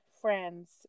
friends